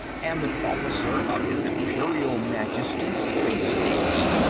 am an officer of his imperial majesty's space navy.